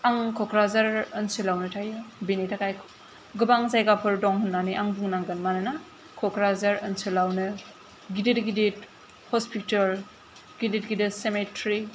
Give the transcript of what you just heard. आं क'क्राझार ओनसोलावनो थायो बिनि थाखाय गोबां जायगाफोर दं होननानै आं बुंनांगोन मानोना क'क्राझार ओनसोलावनो गिदिर गिदिर हस्पिटाल गिदिर गिदिर सेमेट्रि